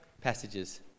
passages